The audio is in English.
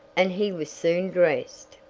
and he was soon dressed.